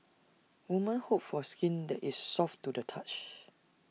women hope for skin that is soft to the touch